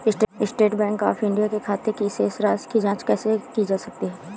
State bank of India के खाते की शेष राशि की जॉंच कैसे की जा सकती है?